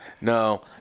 No